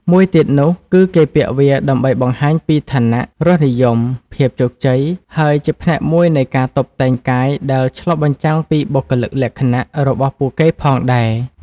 មួយទៀតនោះគឺគេពាក់វាដើម្បីបង្ហាញពី ឋានៈ រសនិយម ភាពជោគជ័យ ហើយ ជាផ្នែកមួយនៃការតុបតែងកាយដែលឆ្លុះបញ្ចាំងពីបុគ្គលិកលក្ខណៈរបស់ពួកគេផងដែរ។